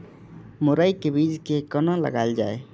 मुरे के बीज कै कोना लगायल जाय?